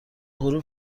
غروب